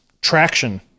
traction